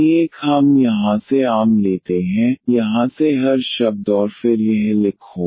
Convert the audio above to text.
c1 हम यहां से आम लेते हैं यहाँ से हर शब्द और फिर यह लिखो